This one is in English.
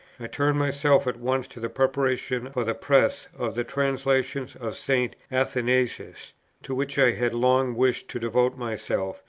i turned myself at once to the preparation for the press of the translations of st. athanasius to which i had long wished to devote myself,